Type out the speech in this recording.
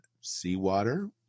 seawater